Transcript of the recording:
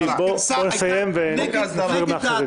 מלכיאלי, תסיים ונעבור לאחרים.